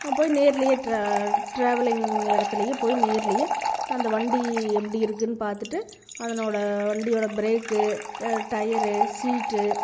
நம்ம போய் நேரிலே ட்ரா ட்ராவலிங் இடத்துலயே போய் நேர்லேயே அந்த வண்டி எப்படி இருக்குதுன்னு பார்த்துட்டு அதனோட வண்டியோட ப்ரேக்கு ட டயரு சீட்டு